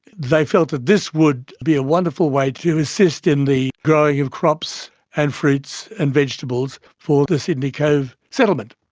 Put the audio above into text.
they felt that this would be a wonderful way to assist in the growing of crops and fruits and vegetables for the sydney cove settlement.